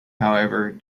however